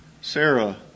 Sarah